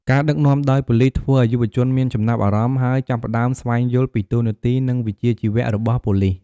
ការដឹកនាំដោយប៉ូលីសធ្វើឲ្យយុវជនមានចំណាប់អារម្មណ៍ ហើយចាប់ផ្តើមស្វែងយល់ពីតួនាទីនិងវិជ្ជាជីវៈរបស់ប៉ូលីស។